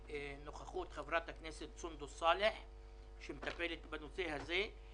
בנוכחות חברת הכנסת סונדוס סאלח שמטפלת בנושא הזה.